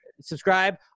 subscribe